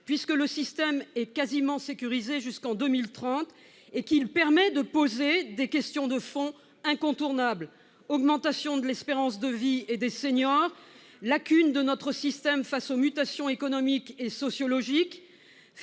puisque le système est quasiment sécurisé jusqu'en 2030. Il permet de poser des questions de fond incontournables : augmentation de l'espérance de vie et du nombre des seniors, lacunes de notre système face aux mutations économiques et sociologiques,